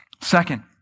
Second